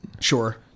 Sure